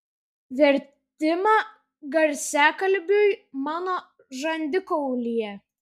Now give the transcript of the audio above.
vertimą garsiakalbiui mano žandikaulyje